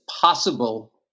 possible